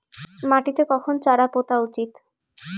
মাটিতে কখন চারা পোতা উচিৎ?